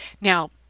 Now